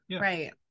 right